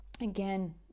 again